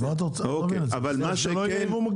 אז מה אתה רוצה, שלא יהיה ייבוא מקביל?